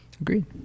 Agreed